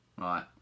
Right